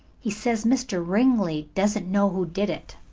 he says mr. ringley doesn't know who did it.